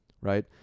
Right